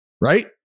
right